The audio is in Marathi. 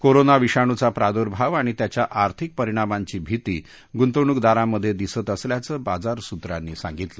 कोरोना विषाणूचा प्रादर्भाव आणि त्याच्या आर्थिक परिणामांची भीती गुंतवणूकदारांमधे दिसत असल्याचं बाजार सूत्रांनी सांगितलं